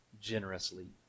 generously